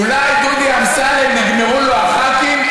אולי דודי אמסלם, נגמרו לו הח"כים?